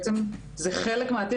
אז בעצם זה חלק מהתיק,